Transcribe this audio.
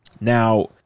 Now